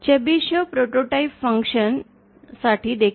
Chebyshev prototype function साठी देखील